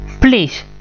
please